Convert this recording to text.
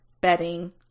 bedding